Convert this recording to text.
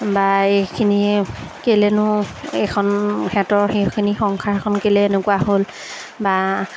বা এইখিনি কেলৈনো এইখন সেহেঁতৰ সেইখিনি সংসাৰখন কেলৈ এনেকুৱা হ'ল বা